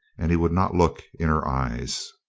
and he would not look in her eyes.